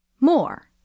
more